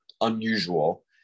unusual